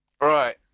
Right